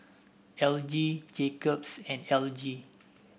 L G Jacob's and L G